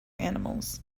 animals